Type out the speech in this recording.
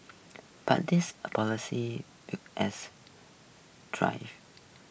but this as drive